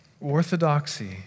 Orthodoxy